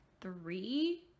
three